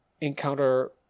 encounter